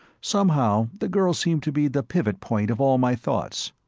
somehow the girl seemed to be the pivot point of all my thoughts.